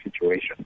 situation